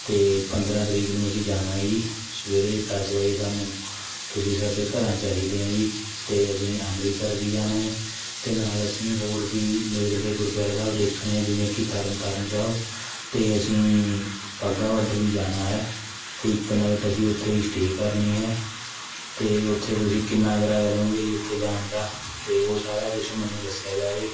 ਅਤੇ ਪੰਦਰ੍ਹਾਂ ਤਰੀਕ ਨੂੰ ਅਸੀਂ ਜਾਣਾ ਹੈ ਜੀ ਸਵੇਰੇ ਦਸ ਵਜੇ ਸਾਨੂੰ ਤੁਸੀਂ ਸਾਡੇ ਘਰਾਂ ਚਾਹੀਦੇ ਹੈ ਜੀ ਅਤੇ ਅਸੀਂ ਅੰਮ੍ਰਿਤਸਰ ਵੀ ਜਾਣਾ ਹੈ ਜੀ ਅਤੇ ਨਾਲ਼ ਅਸੀਂ ਹੋਰ ਵੀ ਨੇੜਲੇ ਗੁਰਦੁਆਰਾ ਸਾਹਿਬ ਦੇਖਣੇ ਹੈ ਜਿਵੇਂ ਕਿ ਤਰਨਤਾਰਨ ਸਾਹਿਬ ਅਤੇ ਅਸੀਂ ਵਾਘਾ ਬਾਡਰ ਵੀ ਜਾਣਾ ਹੈ ਅਤੇ ਇੱਕ ਨਾਈਟ ਅਸੀਂ ਉੱਥੇ ਹੀ ਸਟੇਅ ਕਰਨੀ ਹੈ ਅਤੇ ਉੱਥੇ ਤੁਸੀਂ ਕਿੰਨਾਂ ਕਿਰਾਇਆ ਲਊਂਗੇ ਜੀ ਉੱਥੇ ਜਾਣ ਦਾ ਅਤੇ ਉਹ ਸਾਰਾ ਕੁਛ ਮੈਨੂੰ ਦੱਸਿਆ ਜਾਵੇ